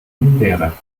himbeere